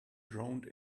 droned